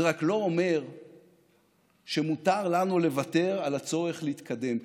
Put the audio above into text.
זה רק לא אומר שמותר לנו לוותר על הצורך להתקדם.